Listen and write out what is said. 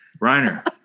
Reiner